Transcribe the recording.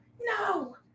no